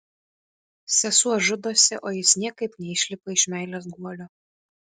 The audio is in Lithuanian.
sesuo žudosi o jis niekaip neišlipa iš meilės guolio